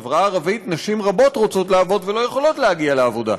בחברה הערבית נשים רבות רוצות לעבוד ולא יכולות להגיע לעבודה.